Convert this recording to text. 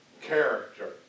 character